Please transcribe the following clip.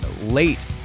late